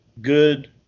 good